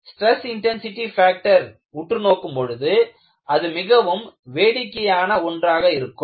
stress intensity factor உற்று நோக்கும் பொழுது அது மிகவும் வேடிக்கையான ஒன்றாக இருக்கும்